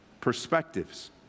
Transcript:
perspectives